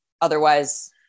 Otherwise